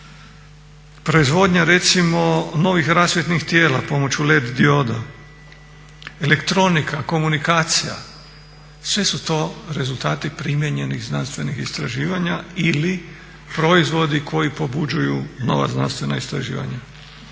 proizvodnja recimo novih rasvjetnih tijela pomoću led dioda, elektronika, komunikacija sve su to rezultati primijenjenih znanstvenih istraživanja ili proizvodi koji pobuđuju nova znanstvena istraživanja.